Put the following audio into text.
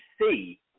see